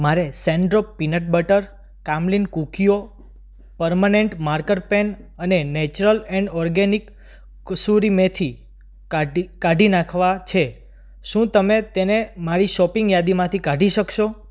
મારે Sundrop peanut butter Camlin Kokuyo permanent marker pen અને natural and organics kasuri methi કાઢી કાઢી નાખવા છે શું તમે તેને મારી શોપિંગ યાદીમાંથી કાઢી શકશો